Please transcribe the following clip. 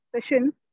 session